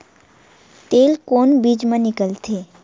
तेल कोन बीज मा निकलथे?